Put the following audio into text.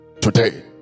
today